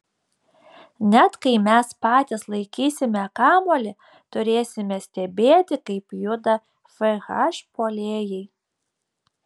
net kai mes patys laikysime kamuolį turėsime stebėti kaip juda fh puolėjai